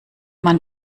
man